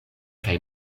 kaj